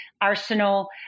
arsenal